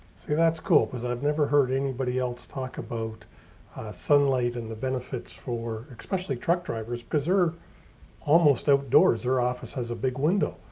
see, that's cool because i've never heard anybody else talk about sunlight and the benefits for especially truck drivers, because they're almost outdoors. their office has a big window.